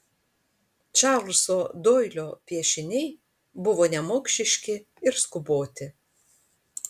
čarlzo doilio piešiniai buvo nemokšiški ir skuboti